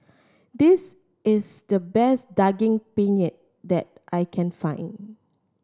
this is the best Daging Penyet that I can find